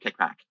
kickback